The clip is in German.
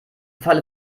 falle